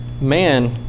man